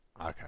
Okay